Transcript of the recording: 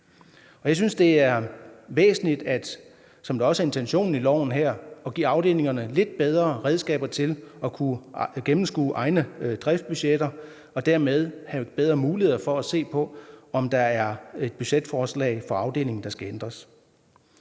i lovforslaget her, at give afdelingerne lidt bedre redskaber til at kunne gennemskue egne driftsbudgetter og dermed have bedre muligheder for at se på, om der er et budgetforslag for afdelingen, der skal ændres.